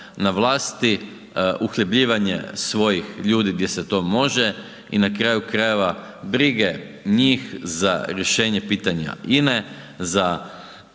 na vlasti, uhljebljivanje svojih ljudi gdje se to može i na kraju krajeva brige njih za rješenje pitanja INA-e, za